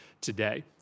today